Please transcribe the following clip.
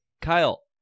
Kyle